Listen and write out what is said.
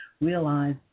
realize